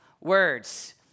words